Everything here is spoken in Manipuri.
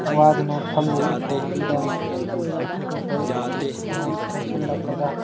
ꯋꯥꯗꯨꯅ ꯐꯝꯂꯤꯕ ꯎꯈꯣꯡ ꯑꯗꯨꯗ ꯃꯈꯣꯏ ꯃꯅꯥꯛꯇ ꯆꯪꯁꯤꯜꯂꯛꯂꯒ